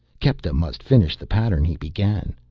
kepta must finish the pattern he began.